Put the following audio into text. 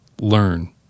Learn